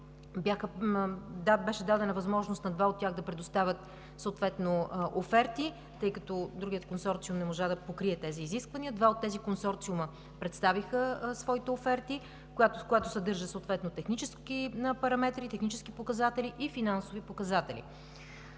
беше дадена възможност да предоставят оферти, тъй като другият консорциум не можа да покрие тези изисквания. Два от тези консорциума представиха своите оферти, които съдържат технически параметри, технически и финансови показатели.